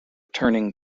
turning